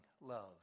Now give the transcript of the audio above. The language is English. love